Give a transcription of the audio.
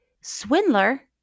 swindler